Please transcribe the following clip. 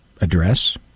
address